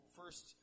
first